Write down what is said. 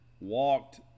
walked